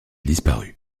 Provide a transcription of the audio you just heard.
disparut